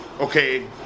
okay